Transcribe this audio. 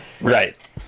right